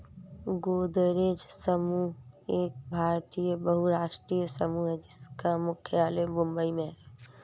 गोदरेज समूह एक भारतीय बहुराष्ट्रीय समूह है जिसका मुख्यालय मुंबई में है